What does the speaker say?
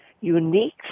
unique